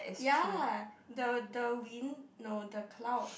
ya the the wind no the clouds